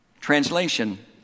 Translation